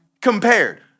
compared